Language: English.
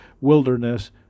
wilderness